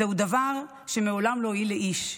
זהו דבר שמעולם לא הועיל לאיש.